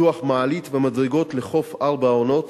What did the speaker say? ופיתוח מעלית ומדרגות לחוף "ארבע העונות"